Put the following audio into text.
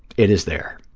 it is there.